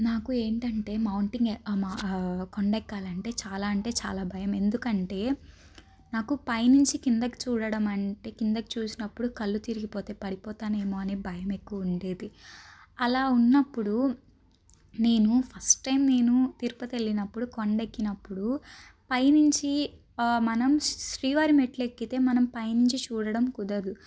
నాకు ఏంటంటే మౌంటింగ్ కొండెక్కాలంటే చాలా అంటే చాలా భయం ఎందుకంటే నాకు పైనుంచి కిందకి చూడడం అంటే కిందకు చూసినప్పుడు కళ్ళు తిరిగి పోతే పడిపోతానేమో అని భయం ఎక్కువ ఉండేది అలా ఉన్నప్పుడు నేను ఫస్ట్ టైం నేను తిరుపతి వెళ్ళినప్పుడు కొండెక్కినప్పుడు పైనుంచి మనం శ్రీవారి మెట్లు ఎక్కితే మనం పైనుంచి చూడడం కుదరదు